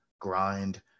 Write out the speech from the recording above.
grind